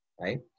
right